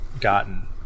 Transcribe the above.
gotten